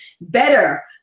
better